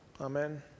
Amen